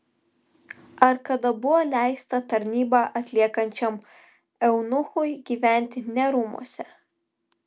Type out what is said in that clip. ar kada buvo leista tarnybą atliekančiam eunuchui gyventi ne rūmuose